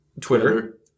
Twitter